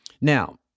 Now